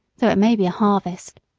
though it may be a harvest.